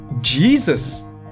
Jesus